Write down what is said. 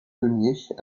deumié